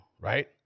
right